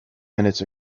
minutes